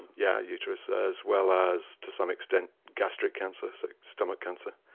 yeah, uterus, as well as to some extent gastric cancers like stomach cancer.